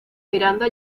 miranda